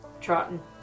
Trotting